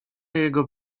jego